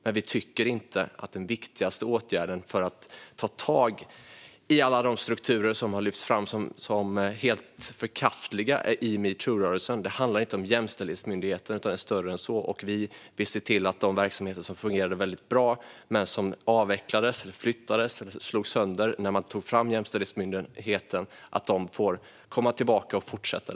Men vi tycker inte att den viktigaste åtgärden för att ta tag i alla de strukturer som har lyfts fram som helt förkastliga i metoo-rörelsen handlar om Jämställdhetsmyndigheten, utan det är större än så. Vi vill se till att de verksamheter som fungerade väldigt bra men som avvecklades, flyttades eller slogs sönder när man tog fram Jämställdhetsmyndigheten får komma tillbaka och fortsätta.